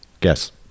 Guess